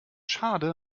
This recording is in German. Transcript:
schade